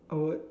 I would